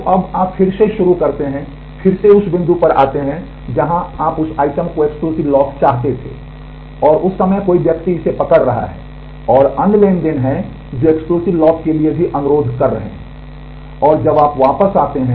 तो अब आप फिर से शुरू करते हैं फिर से उस बिंदु पर आते हैं जहाँ आप उस आइटम पर एक्सक्लूसिव लॉक के लिए भी अनुरोध कर रहे हैं